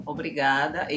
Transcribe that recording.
Obrigada